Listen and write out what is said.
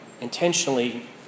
intentionally